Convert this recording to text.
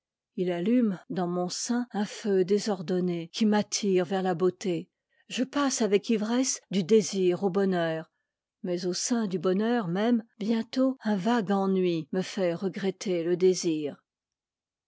h allume dans mon sein un feu désordonné qui m'attire vers là beauté je passe avec ivresse du désir au bonheur mais au sein du bonheur f même bientôt un vague ennui me fait regretter le désir